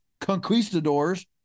conquistadors